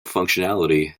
functionality